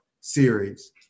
series